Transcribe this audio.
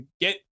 get